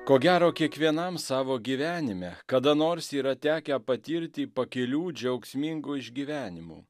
ko gero kiekvienam savo gyvenime kada nors yra tekę patirti pakilių džiaugsmingų išgyvenimų